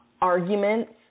arguments